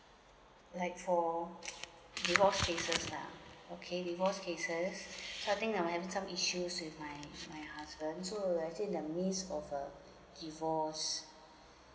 like for divorce cases now okay divorce cases so I think now I have some issues with my my husband so I think that means of uh divorce